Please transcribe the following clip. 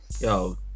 yo